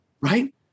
right